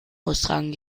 austragen